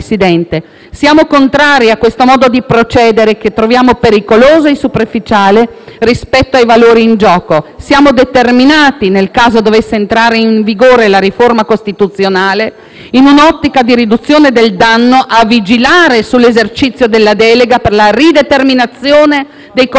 dovesse entrare in vigore la riforma costituzionale, in un'ottica di riduzione del danno, a vigilare sull'esercizio della delega per la rideterminazione dei collegi, affinché siano utilizzati al massimo gli strumenti derogatori per compensare gli effetti negativi della riforma dovuti all'allargamento